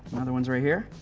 another one's right here.